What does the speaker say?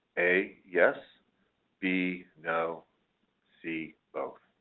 a. yes b. no c. both